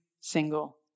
single